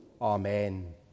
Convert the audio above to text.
Amen